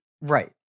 Right